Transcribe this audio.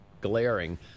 glaring